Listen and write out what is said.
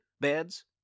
beds